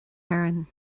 héireann